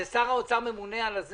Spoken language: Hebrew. זה שר הממונה על זה.